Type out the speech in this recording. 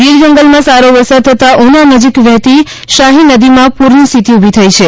ગીર જંગલમાં સારો વરસાદ થતાં ઉના નજીક વહેતી શાહી નદીમાં પૂરની સ્થિતિ ઊભી થઈ છે